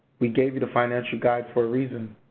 we gave you the financial guide for a reason.